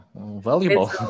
valuable